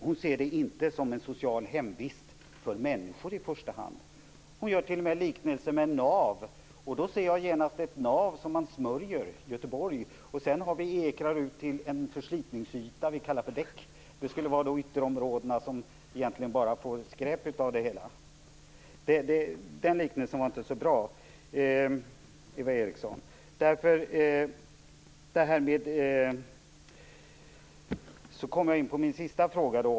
Hon ser inte det här som en social hemvist för människor i första hand. Hon gör t.o.m. liknelsen med ett nav. Då ser jag genast ett nav som man smörjer, Göteborg. Sedan har vi ekrar ut till en förslitningsyta som vi kallar för däck. Det skulle då vara ytterområdena, som egentligen bara får skräp av det hela. Den liknelsen var inte så bra, Eva Eriksson. Sedan kommer jag in på min sista fråga.